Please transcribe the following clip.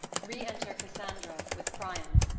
re-enter cassandra, with priam